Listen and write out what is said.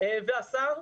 ואצל השר,